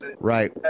Right